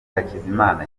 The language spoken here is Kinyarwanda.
hakizimana